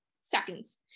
seconds